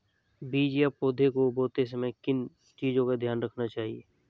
बीज या पौधे को बोते समय किन चीज़ों का ध्यान रखना चाहिए?